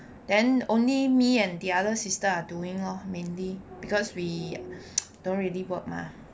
then only me and the other sister are doing lor mainly because we don't really work mah